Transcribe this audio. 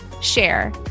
share